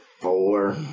four